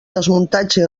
desmuntatge